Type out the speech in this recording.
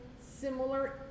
similar